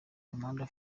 amanda